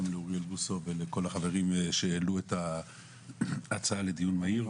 וגם לאוריאל בוסו ולכל החברים שהעלו את ההצעה לדיון מהיר.